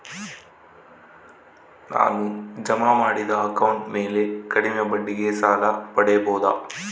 ನಾನು ಜಮಾ ಮಾಡಿದ ಅಕೌಂಟ್ ಮ್ಯಾಲೆ ಕಡಿಮೆ ಬಡ್ಡಿಗೆ ಸಾಲ ಪಡೇಬೋದಾ?